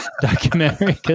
documentary